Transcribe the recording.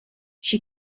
she